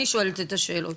אני שואלת את השאלות.